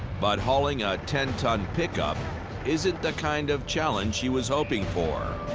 but hauling a ten ton pickup isn't the kind of challenge she was hoping for.